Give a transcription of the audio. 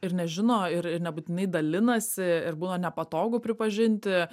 ir nežino ir ir nebūtinai dalinasi ir būna nepatogu pripažinti